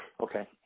Okay